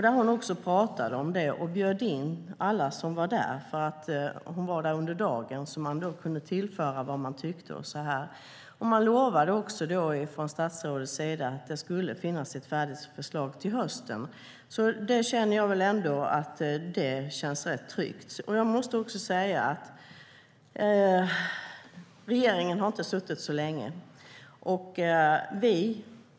Då bjöd hon in alla som var där att framföra vad de tyckte. Statsrådet lovade också att det skulle finnas ett färdigt förslag till hösten. Det känns ändå rätt tryggt. Regeringen har inte suttit så länge.